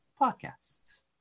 podcasts